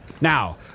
Now